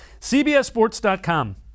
CBSSports.com